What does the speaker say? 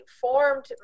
formed